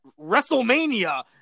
WrestleMania